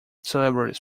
celebrities